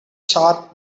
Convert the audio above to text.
sharp